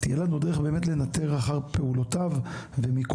תהיה לנו דרך באמת לנטר אחר פעולותיו ומיקומו.